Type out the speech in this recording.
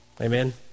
Amen